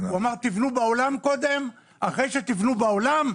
הוא אמר "קודם תבנו בעולם,